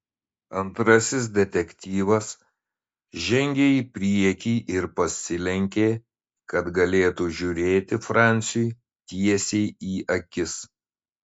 antrasis detektyvas žengė į priekį ir pasilenkė kad galėtų žiūrėti franciui tiesiai į akis